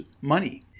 money